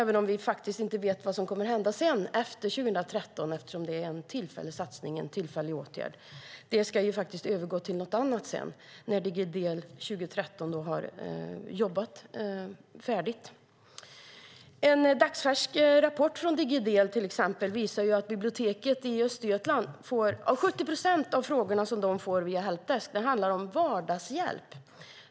Men vi vet inte vad som kommer att hända med denna satsning efter 2013 eftersom den är tillfällig. Den ska övergå till något annat när Digidel 2013 har jobbat färdigt. En dagsfärsk rapport från Digidel visar att 70 procent av de frågor som biblioteken i Östergötland får via en helpdesk handlar om vardagshjälp.